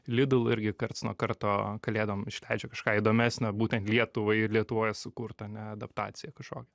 lidl irgi karts nuo karto kalėdom išleidžia kažką įdomesnio būtent lietuvai ir lietuvoje sukurtą ane adaptaciją kažkokią